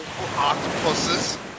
octopuses